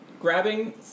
grabbing